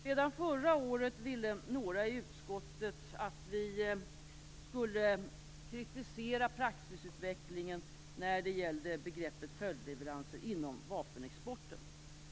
Redan förra året ville några i utskottet att vi skulle kritisera praxisutvecklingen när det gällde begreppet följdleveranser inom vapenexporten.